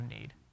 need